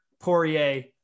Poirier